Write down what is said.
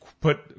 put